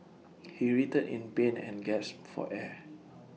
he writhed in pain and gasped for air